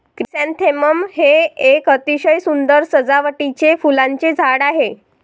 chrysanthemum हे एक अतिशय सुंदर सजावटीचे फुलांचे झाड आहे